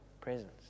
presence